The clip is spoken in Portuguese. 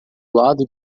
lado